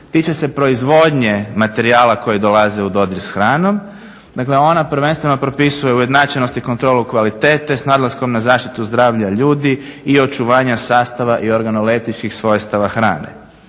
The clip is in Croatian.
tiče se proizvodnje materijala koji dolaze u dodir s hranom. Dakle, ona prvenstvo propisuje ujednačenost i kontrolu kvalitete s naglaskom na zaštitu zdravlja ljudi i očuvanja sastava i organoletičkih svojstava hrane.